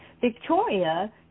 Victoria